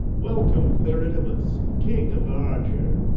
welcome, theridamas, king of argier.